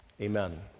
Amen